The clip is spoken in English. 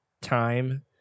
time